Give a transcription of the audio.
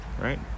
Right